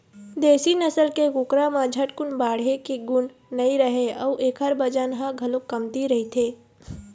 देशी नसल के कुकरा म झटकुन बाढ़े के गुन नइ रहय अउ एखर बजन ह घलोक कमती रहिथे